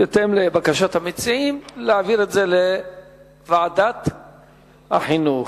בהתאם לבקשת המציעים, להעביר את זה לוועדת החינוך.